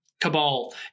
cabal